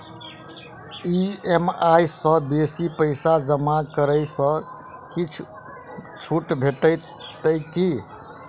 EMI सँ बेसी पैसा जमा करै सँ किछ छुट भेटत की?